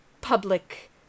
public